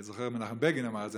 אני זוכר שמנחם בגין אמר את זה,